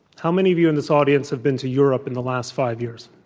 how many of you in this audience have been to europe in the last five years?